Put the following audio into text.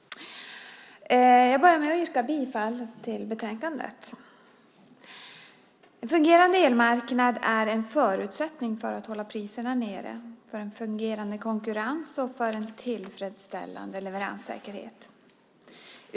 Jag börjar med att yrka bifall till förslaget i betänkandet. En fungerande elmarknad är en förutsättning för att man ska kunna hålla priserna nere, för en fungerande konkurrens och för en tillfredsställande leveranssäkerhet.